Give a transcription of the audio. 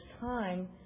time